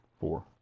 four